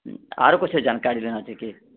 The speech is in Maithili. आरो किछु जानकारी लेना छै की